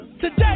Today